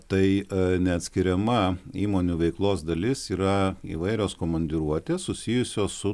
tai neatskiriama įmonių veiklos dalis yra įvairios komandiruotės susijusios su